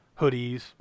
hoodies